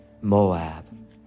Moab